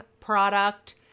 product